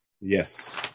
Yes